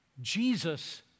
Jesus